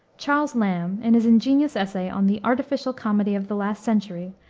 charles lamb, in his ingenious essay on the artificial comedy of the last century,